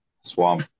swamp